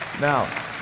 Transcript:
Now